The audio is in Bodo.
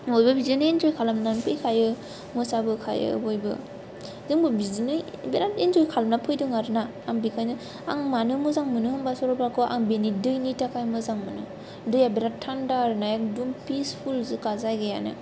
बयबो बिदिनो इन्जय खालामनानै फैखायो मोसाबोखायो बयबो जोंबो बिदिनो बिरात इन्जय खालामनानै फैदों आरो ना आं बेखायनो आं मानो मोजां मोनो होनबा सरलपाराखौ आं बेनि दैनि थाखाय मोजां मोनो दैया बिरात थान्दा आरो ना एकदम बिरात पिसफुलखा जायगायानो